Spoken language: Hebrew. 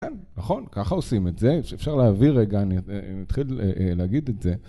כן, נכון, ככה עושים את זה. שאפשר להעביר רגע, אני אתחיל להגיד את זה.